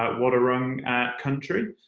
but wadawurrung country.